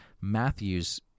Matthew's